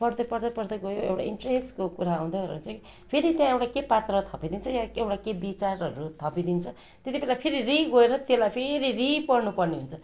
पढ्दै पढ्दै पढ्दै गयो एउटा इन्टरेस्टको कुरा आउँदैओर्दा चाहिँ फेरि को एउटा के पात्र थपिदिन्छ एउटा के विचारहरू थपिदिन्छ त्यति बेला फेरि रि गएर त्यसलाई फेरि रि पढ्नुपर्ने हुन्छ